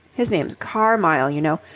his name's carmyle, you know.